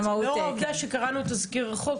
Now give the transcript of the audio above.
לאור העובדה שקראנו את תזכיר החוק.